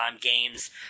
games